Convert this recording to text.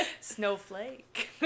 Snowflake